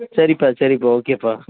சரிபா சரிபா ஓகேபா